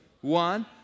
one